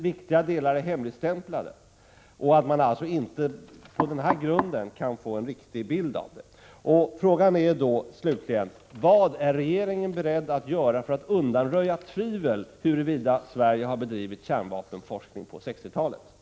Viktiga delar är hemligstämplade, varför man på den grunden inte kan få en riktig bild av det hela. Min fråga är slutligen: Vad är regeringen beredd att göra för att undanröja alla misstankar om att Sverige har bedrivit kärnvapenforskning på 1960 talet?